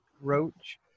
Roach